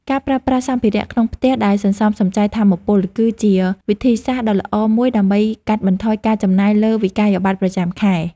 ការប្រើប្រាស់សម្ភារៈក្នុងផ្ទះដែលសន្សំសំចៃថាមពល គឺជាវិធីសាស្ត្រដ៏ល្អមួយដើម្បីកាត់បន្ថយការចំណាយលើវិក្កយបត្រប្រចាំខែ។